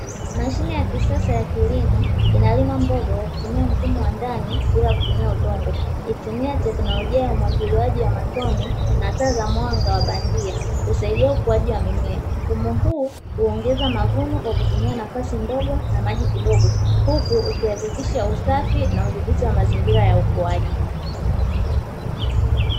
Mashine ya kisasa ya kilimo inalima mboga kwa kutumia mfumo wa ndani bila kutumia udongo. Inatumia teknolojia ya umwagiliaji wa matone na taa za mwanga wa bandia husaidia ukuaji wa mimea. Mfumo huu huongeza mavuno kwa kutumia nafasi ndogo na maji kidogo, huku ukihakikisha usafi na udhibiti wa mazingira ya ukuaji.